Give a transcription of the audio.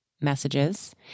messages